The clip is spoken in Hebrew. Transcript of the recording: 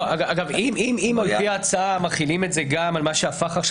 אם על פי ההצעה מחילים את זה גם על מה שהפך עכשיו